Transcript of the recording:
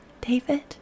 David